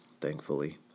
thankfully